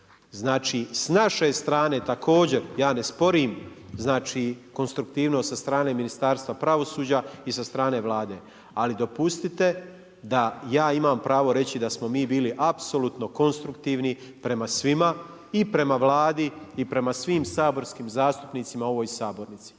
Znači s naše strane također, ja ne sporim konstruktivnost sa strane Ministarstva pravosuđa i sa strane Vlade, ali dopustite da ja imam pravo reći da smo mi bili apsolutno konstruktivni prema svima i prema Vladi i prema svim saborskim zastupnicima u ovoj sabornici.